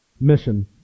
mission